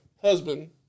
husband